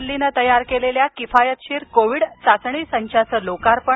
दिल्लीनं तयार केलेल्या किफायतशीर कोविड चाचणी संचाचं लोकार्पण